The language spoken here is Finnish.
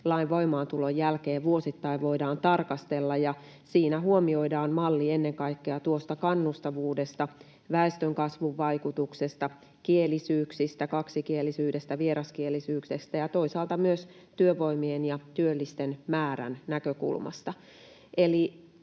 lain voimaantulon jälkeen vuosittain voidaan tarkastella, ja siinä huomioidaan malli ennen kaikkea tuosta kannustavuudesta, väestönkasvun vaikutuksesta, kielisyyksistä, kaksikielisyydestä, vieraskielisyydestä ja toisaalta myös työvoimien ja työllisten määrän näkökulmasta.